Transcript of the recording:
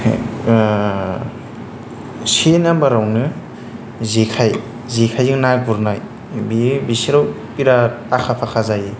से नाम्बार आवनो जेखाइ जेखाइजों ना गुरनाय बेयो बिसोरो बिराद आखा फाखा जायो